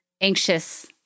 anxious